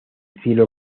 cielo